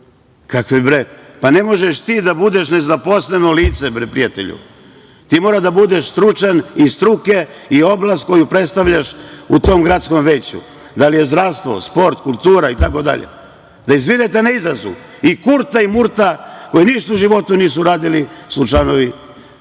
gradovima. Pa, ne možeš ti da budeš nezaposleno lice bre, prijatelju, ti moraš da budeš stručan, iz struke u oblasti koju predstavljaš u tom gradskom veću. Da li je zdravstvo, sport, kultura itd. Da izvinete na izrazu, i Kurta i Murta, koji ništa u životu nisu uradili, su članovi